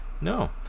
No